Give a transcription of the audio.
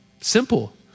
Simple